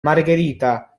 margherita